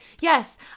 yes